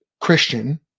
Christian